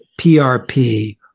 PRP